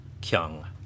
kyung